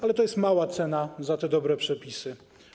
Ale to jest mała cena za te dobre przepisy.